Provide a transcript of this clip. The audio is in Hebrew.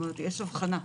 יש הבחנה.